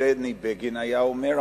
שהשר בני בגין היה אומר,